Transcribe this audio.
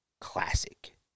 classic